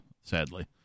sadly